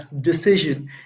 decision